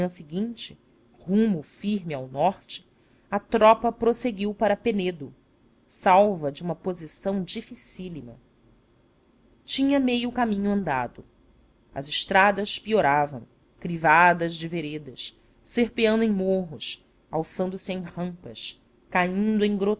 seguinte rumo firme ao norte a tropa prosseguiu para penedo salva de uma posição dificílima tinha meio caminho andado as estradas pioravam crivadas de veredas serpeando em morros alçando se em rampas caindo em